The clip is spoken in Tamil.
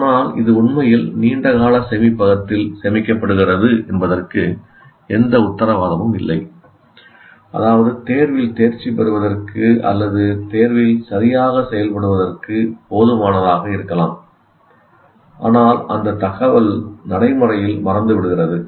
ஆனால் இது உண்மையில் நீண்ட கால சேமிப்பகத்தில் சேமிக்கப்படுகிறது என்பதற்கு எந்த உத்தரவாதமும் இல்லை அதாவது தேர்வில் தேர்ச்சி பெறுவதற்கு அல்லது தேர்வில் சரியாக செயல்படுவதற்கு போதுமானதாக இருக்கலாம் ஆனால் அந்த தகவல் நடைமுறையில் மறந்துவிடுகிறது